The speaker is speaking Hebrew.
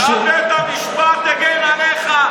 אומנם בית המשפט הגן עליך,